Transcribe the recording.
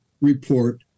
report